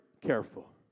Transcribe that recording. careful